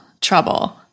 trouble